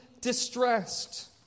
distressed